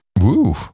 Woo